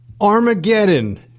Armageddon